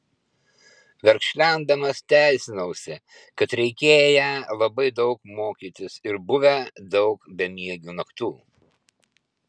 verkšlendamas teisinausi kad reikėję labai daug mokytis ir buvę daug bemiegių naktų